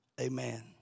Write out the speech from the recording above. Amen